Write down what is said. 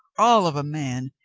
all of a man,